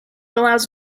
allows